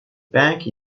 bank